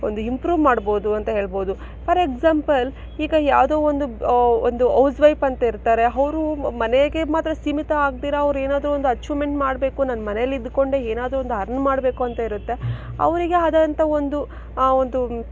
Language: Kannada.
ಒಂದು ಇಂಪ್ರೂವ್ ಮಾಡ್ಬೌದು ಅಂತ ಹೇಳ್ಬೋದು ಫಾರ್ ಎಕ್ಸಾಂಪಲ್ ಈಗ ಯಾವುದೋ ಒಂದು ಒಂದು ಹೌಸ್ ವೈಫ್ ಅಂತ ಇರ್ತಾರೆ ಅವ್ರು ಮನೆಗೆ ಮಾತ್ರ ಸೀಮಿತ ಆಗ್ದಿರ ಅವರೇನಾದ್ರು ಒಂದು ಅಚೀವಮೆಂಟ್ ಮಾಡಬೇಕು ನಾನು ಮನೆಯಲ್ಲಿದ್ದುಕೊಂಡೇ ಏನಾದರೂ ಒಂದು ಅರ್ನ್ ಮಾಡಬೇಕು ಅಂತ ಇರತ್ತೆ ಅವರಿಗೆ ಆದಂತಹ ಒಂದು ಆ ಒಂದು